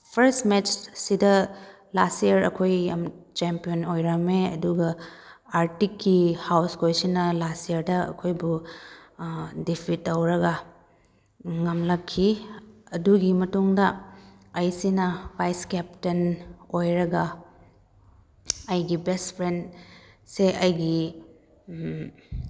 ꯐꯔꯁ match ꯑꯁꯤꯗ last year ꯑꯩꯈꯣꯏ ꯌꯥꯝ ꯆꯦꯝꯄꯤꯌꯟ ꯑꯣꯏꯔꯝꯃꯦ ꯑꯗꯨꯒ ꯑꯥꯔꯇꯤꯛꯀꯤ ꯍꯥꯎꯁꯈꯣꯏꯁꯤꯅ ꯂꯥꯁ ꯏꯌꯥꯔꯗ ꯑꯩꯈꯣꯏꯕꯨ ꯗꯤꯐꯤꯠ ꯇꯧꯔꯒ ꯉꯝꯂꯛꯈꯤ ꯑꯗꯨꯒꯤ ꯃꯇꯨꯡꯗ ꯑꯩꯁꯤꯅ ꯚꯥꯏꯁ ꯂꯦꯞꯇꯦꯟ ꯑꯣꯏꯔꯒ ꯑꯩꯒꯤ ꯕꯦꯁ ꯐ꯭ꯔꯦꯟ ꯁꯦ ꯑꯩꯒꯤ